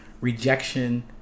rejection